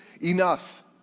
enough